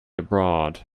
abroad